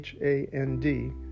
HAND